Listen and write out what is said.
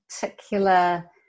particular